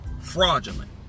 fraudulent